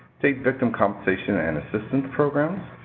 state victim compensation and assistance programs,